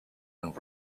and